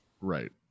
Right